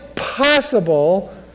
possible